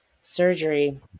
surgery